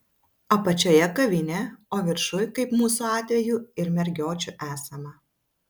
apačioje kavinė o viršuj kaip mūsų atveju ir mergiočių esama